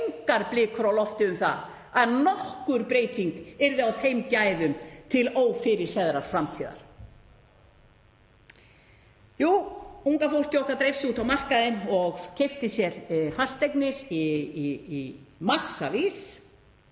engar blikur á lofti um það að nokkur breyting yrði á þeim gæðum til ófyrirséðrar framtíðar — jú, unga fólkið okkar dreif sig út á markaðinn og keypti sér fasteignir í massavís.